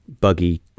buggy